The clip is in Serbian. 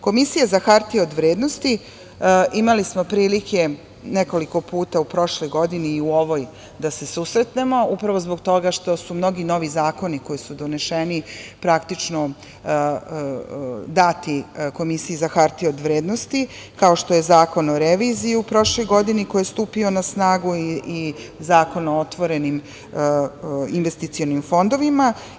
Komisija za hartije od vrednosti, imali smo prilike nekoliko puta u prošloj godini i u ovoj da se susretnemo, upravo zbog toga što su mnogi novi zakoni koji su doneseni praktično dati, kao što je Zakon o reviziji u prošloj godini, koji je stupio na snagu i Zakon o otvorenim investicionim fondovima.